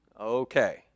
Okay